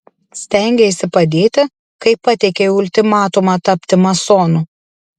stengeisi padėti kai pateikei ultimatumą tapti masonu